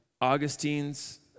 Augustine's